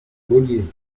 collier